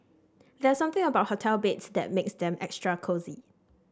there's something about hotel beds that makes them extra cosy